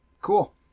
Cool